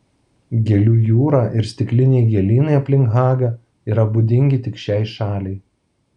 gėlių jūra ir stikliniai gėlynai aplink hagą yra būdingi tik šiai šaliai